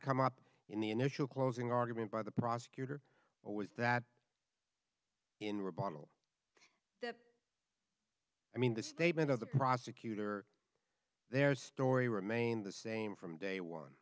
come up in the initial closing argument by the prosecutor or was that in response to that i mean the statement of the prosecutor their story remained the same from day one